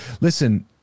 Listen